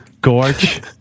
Gorge